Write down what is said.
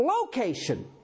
location